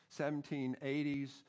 1780s